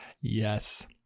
Yes